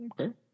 Okay